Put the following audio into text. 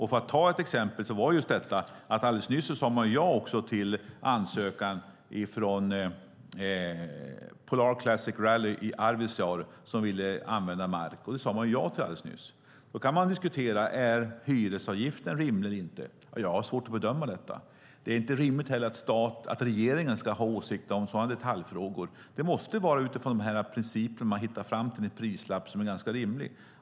För att ta ett exempel sade man alldeles nyss ja till ansökan från Polar Classic Rally i Arvidsjaur som ville använda mark. Man kan naturligtvis diskutera om hyresavgiften är rimlig eller inte. Jag har svårt att bedöma det. Det är inte rimligt att regeringen ska ha åsikter i sådana detaljfrågor. Man måste utifrån gällande principer komma fram till en prislapp som är rimlig.